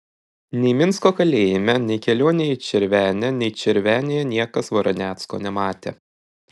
nei minsko kalėjime nei kelionėje į červenę nei červenėje niekas varanecko nematė